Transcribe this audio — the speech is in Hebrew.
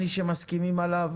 שמסכימים עליו